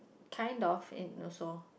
kind of in also